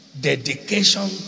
Dedication